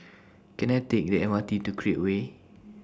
Can I Take The M R T to Create Way